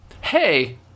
Hey